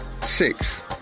Six